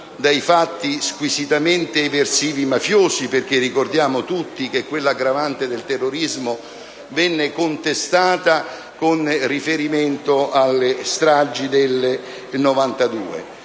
dai fatti squisitamente eversivi mafiosi. Ricordiamo tutti, infatti, che l'aggravante del terrorismo venne contestata con riferimento alle stragi del 1992.